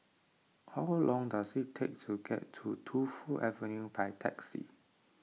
how long does it take to get to Tu Fu Avenue by taxi